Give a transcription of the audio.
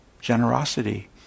Generosity